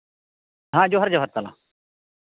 ᱦᱮᱸ ᱡᱚᱦᱟᱨ ᱡᱚᱦᱟᱨ ᱛᱟᱞᱟᱝ